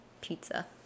pizza